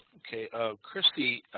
ok kristy